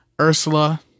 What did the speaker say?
Ursula